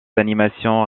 animations